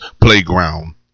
Playground